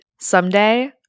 Someday